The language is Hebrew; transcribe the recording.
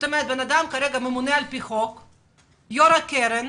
בן אדם ממונה להיות יו"ר הקרן,